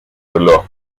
reloj